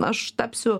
aš tapsiu